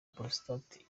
prostate